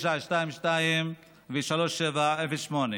922 ו-3708.